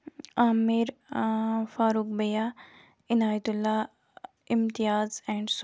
عامر فاروق بیا عنایت اللہ امتیاز اینڈ سُہیل